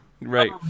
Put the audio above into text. Right